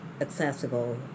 accessible